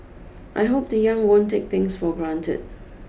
I hope the young won't take things for granted